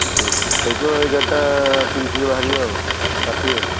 ଦଶ ତାରିଖ ଏଗରଟା ତିରିଶରେ ବାହାରିବା ଆଉ ରାତି ଆଉ